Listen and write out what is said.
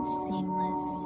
seamless